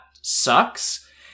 sucks